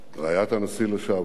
רעיית הנשיא לשעבר